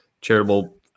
charitable